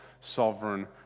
sovereign